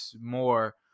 more